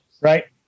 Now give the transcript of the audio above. right